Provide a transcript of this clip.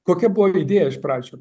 kokia buvo idėja iš pradžių